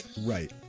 Right